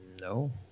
No